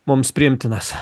mums priimtinas